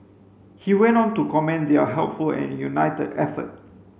he went on to commend their helpful and united effort